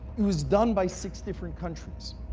it was done by six different countries.